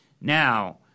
now